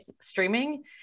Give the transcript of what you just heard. streaming